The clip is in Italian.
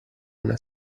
una